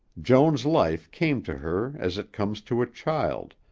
joan's life came to her as it comes to a child,